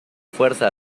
fuerza